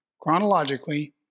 chronologically